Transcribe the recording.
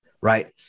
right